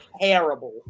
terrible